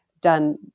done